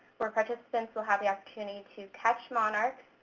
where participants will have the opportunity to catch monarchs,